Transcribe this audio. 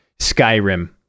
skyrim